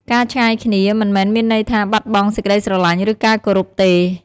ការឆ្ងាយគ្នាមិនមានន័យថាបាត់បង់សេចក្ដីស្រឡាញ់ ឬការគោរពទេ។